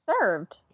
served